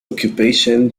occupation